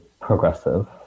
progressive